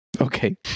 Okay